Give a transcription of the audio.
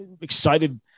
excited